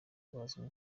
bazwi